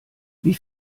wie